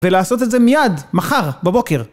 ולעשות את זה מיד! מחר! בבוקר!